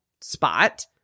spot